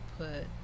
put